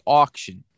auction